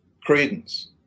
credence